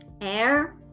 air